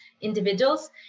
individuals